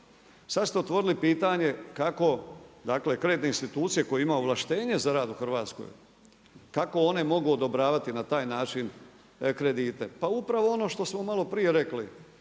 Sad ste otvorili pitanje kako, dakle kreditne institucije koje imaju ovlaštenje za rad u Hrvatskoj, kako one mogu odobravati na taj način kredite. Pa upravo ono što smo malo prije rekli.